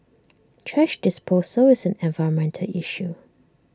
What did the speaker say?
thrash disposal is an environmental issue